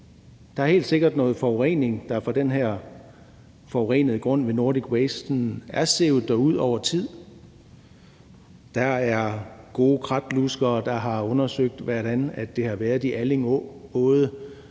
Det er helt sikkert, at noget forurening fra den her forurenede grund ved Nordic Waste er sivet derud over tid. Der er gode kratluskere, der har undersøgt, hvordan det har været i Alling Å,